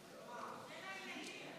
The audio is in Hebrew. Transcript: אבל אין לו ילדים,